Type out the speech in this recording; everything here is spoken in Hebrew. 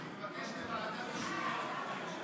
אני מבקש לוועדת תשתיות.